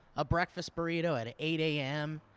a breakfast burrito at eight am,